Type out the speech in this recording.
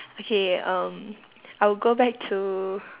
okay um I would go back to